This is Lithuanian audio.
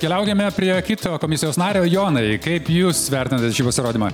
keliaujame prie kito komisijos nario jonai kaip jūs vertinate šį pasirodymą